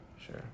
Sure